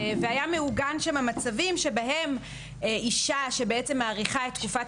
והיו מעוגנים שם מצבים שבהם אישה שמאריכה את תקופת